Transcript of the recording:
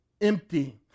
empty